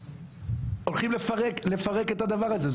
הולכים לפרק את הדבר הזה,